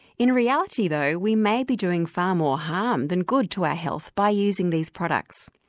in reality though we may be doing far more harm then good to our health by using these products.